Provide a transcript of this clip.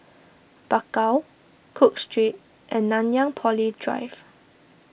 Bakau Cook Street and Nanyang Poly Drive